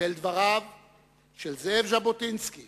ואל דבריו של זאב ז'בוטינסקי